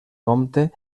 compte